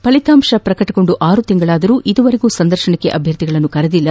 ಫಲಿತಾಂಶ ಪ್ರಕಟಗೊಂದು ಆರು ತಿಂಗಳು ಕಳೆದರೂ ಇದುವರೆಗೂ ಸಂದರ್ಶನಕ್ಕೆ ಅಭ್ಯರ್ಥಿಗಳನ್ನು ಕರೆದಿಲ್ಲ